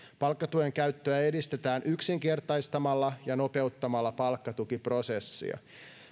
palkkatuen käyttöä edistetään yksinkertaistamalla ja nopeuttamalla palkkatukiprosessia